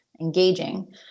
engaging